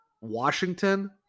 Washington